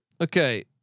Okay